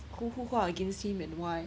who who who are against him and why